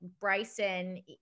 bryson